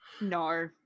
No